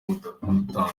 mutandukana